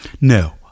No